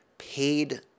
paid